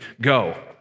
go